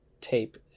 tape